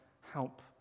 help